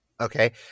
Okay